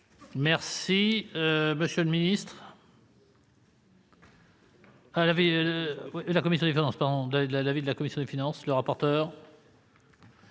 Merci,